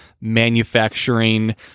manufacturing